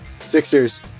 Sixers